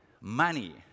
money